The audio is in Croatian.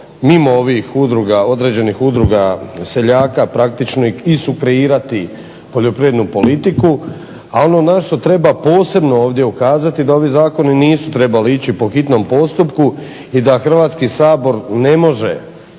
mimo ovih udruga, određenih udruga seljaka praktično i sukreirati poljoprivrednu politiku. A ono na što treba posebno ovdje ukazati da ovi zakoni nisu trebali ići po hitnom postupku i da Hrvatski sabor ne može